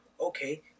Okay